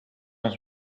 ons